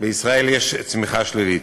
בישראל יש צמיחה שלילית.